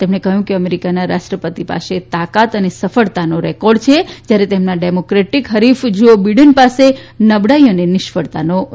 તેમણે કહ્યું કે અમેરિકાના રાષ્ટ્રપતિ પાસે તાકાત અને સફળતાનો રેકોર્ડ છે જ્યારે તેમના ડેમોક્રેટિક હરીફ જો બિડેન પાસે નબળાઇ અને નિષ્ફળતાનો રેકોર્ડ છે